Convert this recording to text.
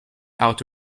out